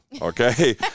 okay